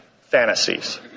fantasies